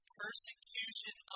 persecution